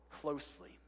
closely